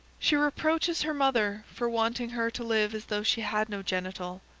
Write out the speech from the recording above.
she reproaches her mother for wanting her to live as though she had no genital,